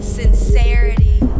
sincerity